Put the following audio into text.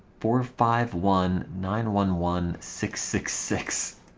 four five one nine one one six six six